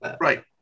Right